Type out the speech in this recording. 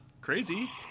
crazy